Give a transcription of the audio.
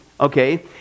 Okay